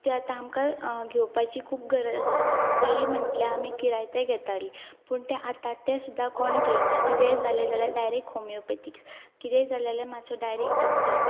ते आतां आमकां घेवपाची खूब गरज आसा पयलीं म्हटल्यार आमी किरायते घेतालीं पूण ते आतां तें सुद्दा कोण घेयना कितेेंय जालें जाल्यार डायरेक्ट होमिओपॅथिक्स किदय जालें जाल्यार मातसो डायरेक्ट डॉक्टर